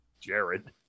Jared